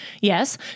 yes